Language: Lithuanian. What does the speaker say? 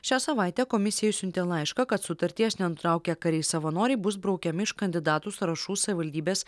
šią savaitę komisija išsiuntė laišką kad sutarties nenutraukę kariai savanoriai bus braukiami iš kandidatų sąrašų savivaldybės